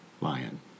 lion